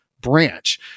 branch